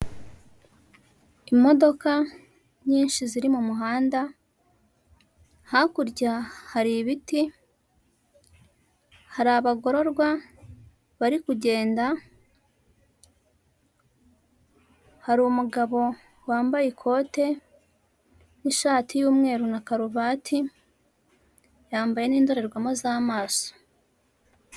Imodoka nyinshi ziri mumuhanda hakurya haribiti hari abagororwa bari ha umugabo wa ikote nishati y'umweru na karuvati yambaye indorerwamo zamaso.